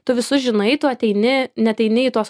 tu visus žinai tu ateini neateini į tuos